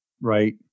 right